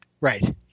Right